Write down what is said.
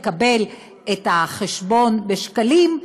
שמקבל את החשבון בשקלים,